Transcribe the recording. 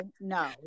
no